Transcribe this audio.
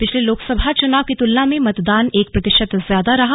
पिछले लोकसभा चुनाव की तुलना में मतदान एक प्रतिशत ज्यादा रहा